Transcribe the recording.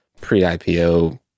pre-IPO